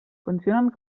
funcionen